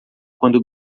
quando